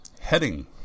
Heading